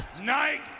night